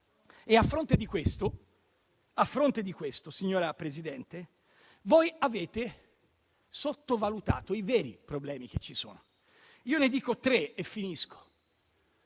A fronte di questo, signora Presidente, voi avete sottovalutato i veri problemi che ci sono. Ne cito tre e concludo.